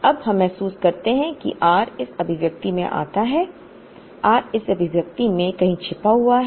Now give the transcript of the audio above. अब हम महसूस करते हैं कि r इस अभिव्यक्ति में आता है आर इस अभिव्यक्ति में कहीं छिपा हुआ है